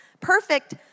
Perfect